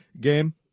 game